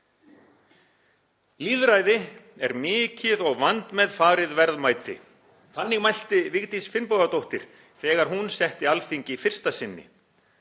„Lýðræði er mikið og vandmeðfarið verðmæti.“ Þannig mælti Vigdís Finnbogadóttir þegar hún setti Alþingi fyrsta sinni.